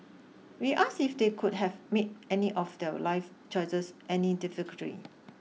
we asked if they could have made any of their life choices any differently